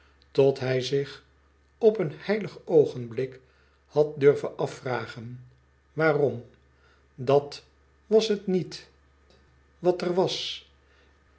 tot hij zich op een heilig oogenblik had durven afvragen waarom dat was het niet wat eh was